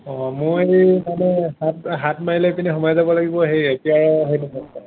অঁ মই এই মানে সাত সাত মাইল এইপিনে সোমাই যাব লাগিব সেই এতিয়া